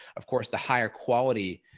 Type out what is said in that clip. of course, the higher quality,